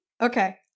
Okay